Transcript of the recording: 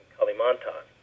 Kalimantan